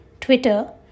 Twitter